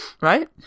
Right